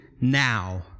now